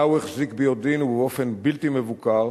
בלאו החזיק ביודעין ובאופן בלתי מבוקר